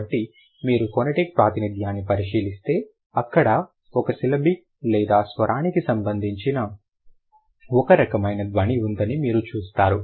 కాబట్టి మీరు ఫొనెటిక్ ప్రాతినిధ్యాన్ని పరిశీలిస్తే అక్కడ ఒక సిలబిక్ లేదా స్వరానికి సంబంధించిన ఒక రకమైన ధ్వని ఉందని మీరు చూస్తారు